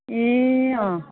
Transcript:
ए अँ